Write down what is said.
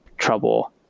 trouble